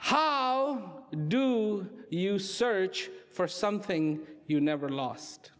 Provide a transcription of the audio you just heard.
how do you search for something you never lost